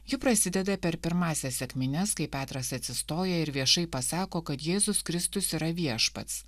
ji prasideda per pirmąsias sekmines kai petras atsistoja ir viešai pasako kad jėzus kristus yra viešpats